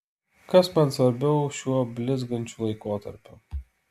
kas man svarbiau šiuo blizgančiu laikotarpiu